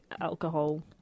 alcohol